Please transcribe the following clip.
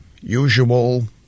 usual